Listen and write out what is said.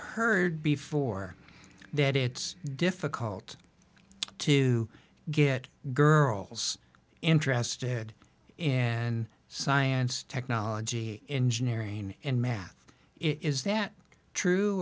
heard before that it's difficult to get girls interested in science technology engineering and math is that true